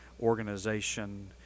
organization